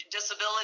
Disability